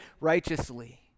righteously